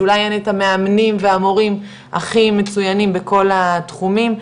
שאולי אין את המאמנים והמורים הכי מצוינים בכל התחומים,